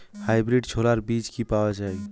Hybrid ছোলার বীজ কি পাওয়া য়ায়?